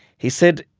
he said,